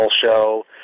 show